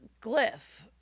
glyph